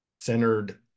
centered